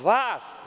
Vas.